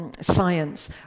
science